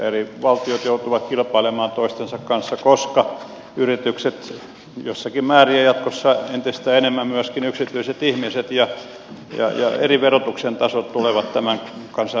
eri valtiot joutuvat kilpailemaan toistensa kanssa koska yritykset jossakin määrin ja jatkossa entistä enemmän myöskin yksityiset ihmiset ja eri verotuksen tasot tulevat tämän kansainvälisen kilpailun osaksi